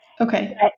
Okay